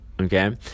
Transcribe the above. okay